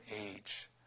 age